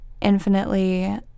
infinitely